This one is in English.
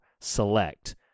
select